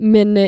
Men